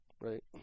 right